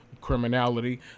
criminality